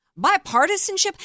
bipartisanship